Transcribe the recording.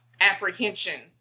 apprehensions